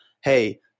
hey